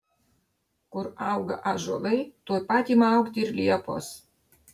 kur auga ąžuolai tuoj pat ima augti ir liepos